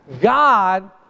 God